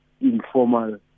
informal